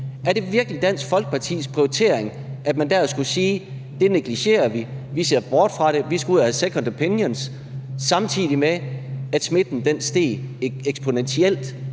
Er det virkelig Dansk Folkepartis prioritering, at man skulle sige: Det negligerer vi; vi ser bort fra det; vi skal ud og have en second opinion? Og det var, samtidig med at smitten steg eksponentielt